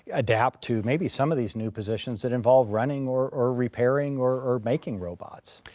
adapt to maybe some of these new positions that involve running or or repairing or or making robots?